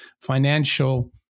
financial